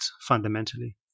fundamentally